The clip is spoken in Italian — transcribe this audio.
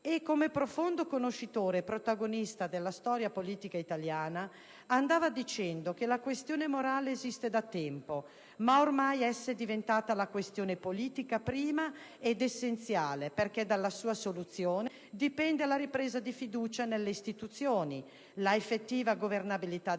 e, come profondo conoscitore protagonista della storia politica italiana, andava dicendo: «La questione morale esiste da tempo, ma ormai essa è diventata la questione politica prima ed essenziale, perché dalla sua soluzione dipende la ripresa di fiducia nelle istituzioni, la effettiva governabilità del Paese